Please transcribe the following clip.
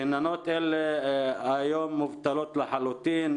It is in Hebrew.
גננות אלה היום מובטלות לחלוטין,